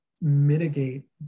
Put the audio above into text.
mitigate